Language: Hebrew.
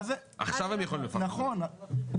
נכון,